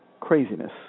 craziness